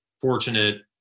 fortunate